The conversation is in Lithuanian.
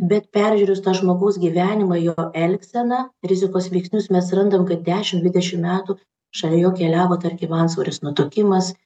bet peržiūrėjus tą žmogaus gyvenimą jo elgseną rizikos veiksnius mes randam kad dešim dvidešim metų šalia jo keliavo tarkim antsvoris nutukimas